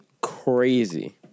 crazy